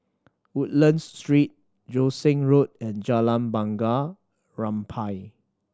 Woodlands Street Joo Seng Road and Jalan Bunga Rampai